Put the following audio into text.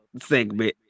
segment